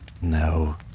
No